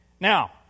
Now